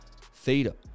Theta